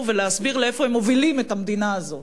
ולהסביר לאן הם מובילים את המדינה הזאת.